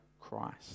Christ